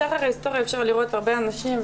משחר ההיסטוריה אפשר לראות הרבה אנשים,